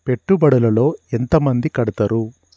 పెట్టుబడుల లో ఎంత మంది కడుతరు?